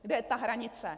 Kde je ta hranice?